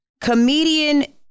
comedian